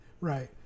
right